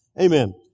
Amen